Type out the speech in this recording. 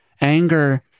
Anger